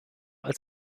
als